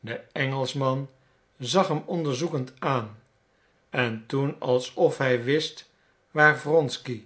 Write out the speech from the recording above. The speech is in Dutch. de engelschman zag hem onderzoekend aan en toen alsof hij wist waar wronsky